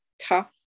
tough